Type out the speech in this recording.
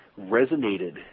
resonated